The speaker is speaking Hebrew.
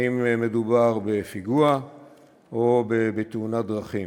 האם מדובר בפיגוע או בתאונת דרכים.